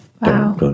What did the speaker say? Wow